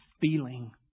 feeling